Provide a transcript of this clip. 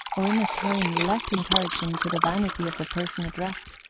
or in a tone less encouraging to the vanity of the person addressed.